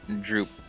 droop